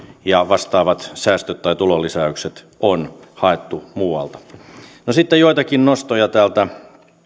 ja vastaavat säästöt tai tulonlisäykset on haettu muualta sitten joitakin nostoja täältä